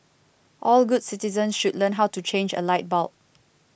all good citizens should learn how to change a light bulb